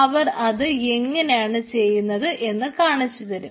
അവർ ഇത് എങ്ങനെയാണ് ചെയ്യുന്നത് എന്ന് കാണിച്ചു തരും